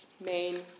main